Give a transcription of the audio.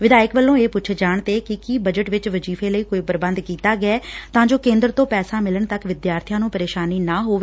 ਵਿਧਾਇਕ ਵੱਲੋਂ ਇਹ ਪੁੱਛੇ ਜਾਣ ਤੇ ਕਿ ਕੀ ਬਜਟ ਵਿਚ ਵਜੀਫੇ ਲਈ ਕੋਈ ਪ੍ਬੰਧ ਕੀਤਾ ਗਿਐ ਤਾਂ ਜੋ ਕੇਂਦਰ ਤੋਂ ਪੈਸਾ ਮਿਲਣ ਤੱਕ ਵਿਦਿਆਰਥੀਆਂ ਨੂੰ ਪ੍ਰੇਸ਼ਾਨੀ ਨਾ ਹੋਵੇ